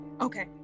okay